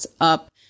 up